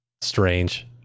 strange